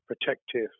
protective